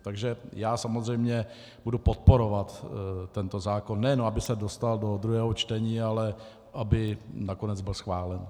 Takže já samozřejmě budu podporovat tento zákon, nejenom aby se dostal do druhého čtení, ale aby nakonec byl schválen.